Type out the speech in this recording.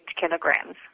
kilograms